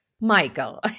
Michael